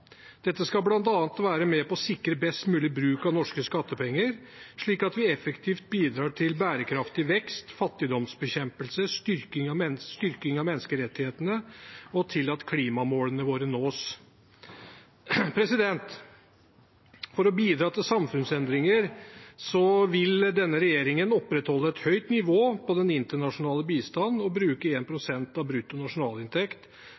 Dette skal bl.a. være med på å sikre best mulig bruk av norske skattepenger slik at vi effektivt bidrar til bærekraftig vekst, fattigdomsbekjempelse, styrking av menneskerettighetene og til at klimamålene våre nås. For å bidra til samfunnsendringer vil denne regjeringen opprettholde et høyt nivå på den internasjonale bistanden og bruke